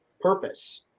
purpose